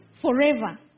forever